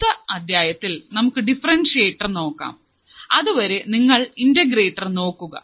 അടുത്ത അദ്ധ്യായത്തിൽ നമുക്ക് ഡിഫറെൻഷ്യറ്റർ നോക്കാം അതുവരെ നിങ്ങൾ ഇന്റഗ്രേറ്റർ നോക്കുക